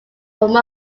from